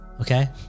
Okay